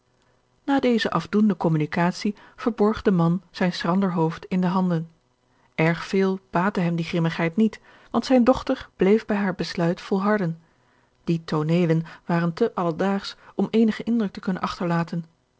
na deze afdoende communicatie verborg de man zijn schrander hoofd in de handen erg veel baatte hem die grimmigheid niet want zijne dochter bleef bij haar besluit volharden die tooneelen waren te alledaagsch om eenigen indruk te kunnen achterlaten